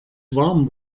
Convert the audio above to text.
warm